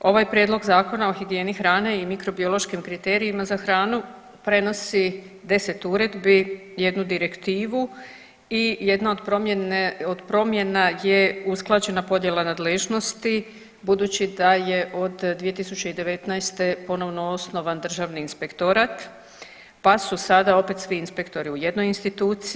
Ovaj Prijedlog Zakona o higijeni hrane i mikrobiološkim kriterijima za hranu prenosi 10 uredbi, 1 direktivu i jedna od promjena je usklađena podjela nadležnosti budući da je od 2019. ponovno osnovan Državni inspektorat pa su sada opet svi inspektori u jednoj instituciji.